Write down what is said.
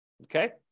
Okay